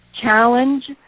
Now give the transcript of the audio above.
challenge